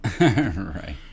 right